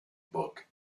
book